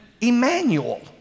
Emmanuel